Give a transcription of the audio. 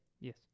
Yes